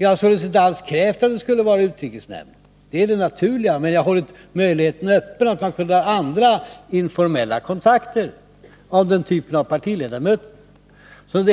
Jag har alltså inte krävt att man skulle ha tagit upp frågan i utrikesnämnden. Det hade varit det naturliga, men jag har hållit möjligheten öppen att man kunde ha tagit andra, informella kontakter av typen partiledarmöten.